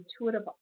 intuitive